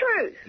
true